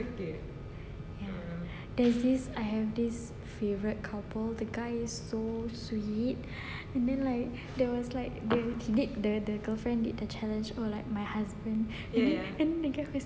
there is this I have this favourite couple the guy is so sweet and then like there was like a date the girlfriend did a challenge called my husband and then the guy was like oh